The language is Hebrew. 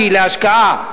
שהיא להשקעה,